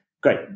great